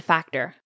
Factor